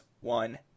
one